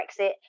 Brexit